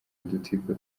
udutsiko